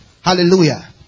Hallelujah